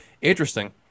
interesting